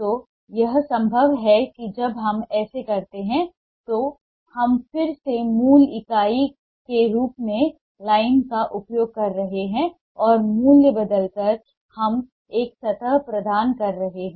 तो यह संभव है और जब हम ऐसा करते हैं तो हम फिर से मूल इकाई के रूप में लाइन का उपयोग कर रहे हैं और मूल्य बदलकर हम एक सतह प्रदान कर रहे हैं